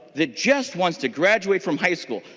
that just wants to graduate from high school.